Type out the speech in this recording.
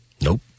Nope